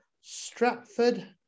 Stratford